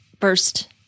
first